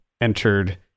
entered